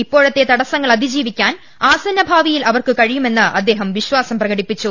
ഇപ്പോ ഴത്തെ തടസ്സങ്ങൾ അതിജീവിക്കാൻ ആസന്ന ഭാവിയിൽ അവർക്ക് കഴിയുമെന്ന് അദ്ദേഹം വിശ്വാസം പ്രകടിപ്പിച്ചു